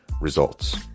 results